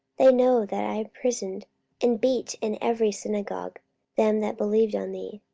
they know that i imprisoned and beat in every synagogue them that believed on thee